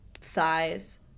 thighs